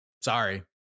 sorry